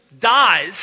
dies